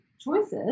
choices